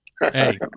Hey